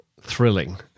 thrilling